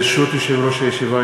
ברשות יושב-ראש הישיבה,